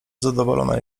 zadowolona